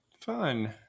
fun